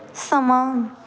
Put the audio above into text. ਸਮਾਂ